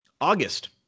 August